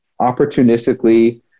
opportunistically